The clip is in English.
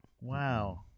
Wow